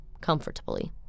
comfortably